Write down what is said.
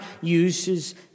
uses